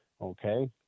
Okay